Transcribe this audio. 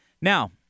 Now